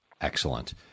Excellent